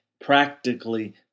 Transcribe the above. practically